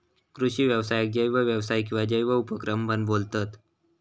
कृषि व्यवसायाक जैव व्यवसाय किंवा जैव उपक्रम पण बोलतत